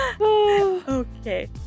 Okay